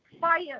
fire